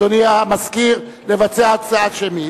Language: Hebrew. אדוני המזכיר, תבצע הצבעה שמית.